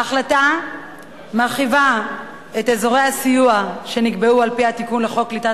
ההחלטה מרחיבה את אזורי הסיוע שנקבעו על-פי התיקון לחוק קליטת